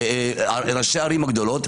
ראשי הערים הגדולות,